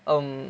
um